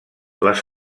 les